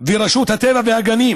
ורשות הטבע והגנים